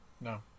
No